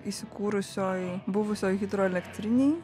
įsikūrusioj buvusioj hidroelektrinėj